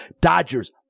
Dodgers